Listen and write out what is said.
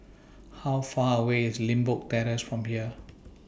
How Far away IS Limbok Terrace from here